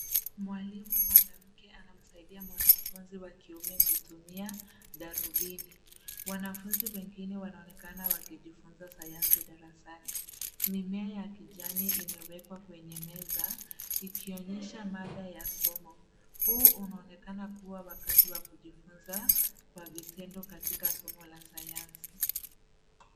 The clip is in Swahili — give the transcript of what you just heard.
Mwalimu mwanamke anamsaidia mwanafunzi wa kiume kutumia darubini. Wanafunzi wengine wanaonekana wakijifunza sayansi darasani. Mimea ya kijani imewekwa kwenye meza ikionyesha mada ya somo. Huu unaonekana kuwa wakati wa kujifunza kwa vitendo katika somo la sayansi.